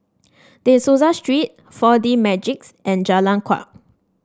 De Souza Street Four D Magix and Jalan Kuak